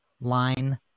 line